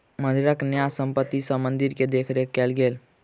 मंदिरक न्यास संपत्ति सॅ मंदिर के देख रेख कएल गेल